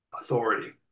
authority